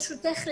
ברשותך,